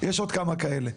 יש עוד כמה כאלה.